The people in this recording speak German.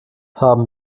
haben